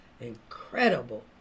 incredible